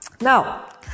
Now